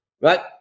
right